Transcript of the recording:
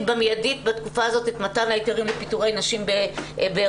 מיידית בתקופה הזו את מתן ההיתרים לפיטורי נשים בהיריון.